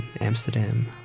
Amsterdam